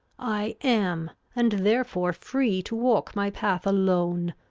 i am, and therefore free to walk my path alone,